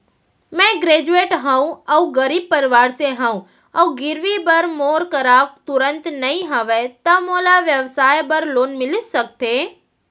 मैं ग्रेजुएट हव अऊ गरीब परवार से हव अऊ गिरवी बर मोर करा तुरंत नहीं हवय त मोला व्यवसाय बर लोन मिलिस सकथे?